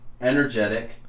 energetic